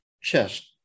chest